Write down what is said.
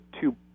two